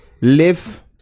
live